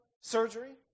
surgery